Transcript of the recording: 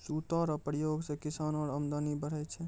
सूता रो प्रयोग से किसानो रो अमदनी बढ़ै छै